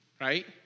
right